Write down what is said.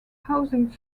housing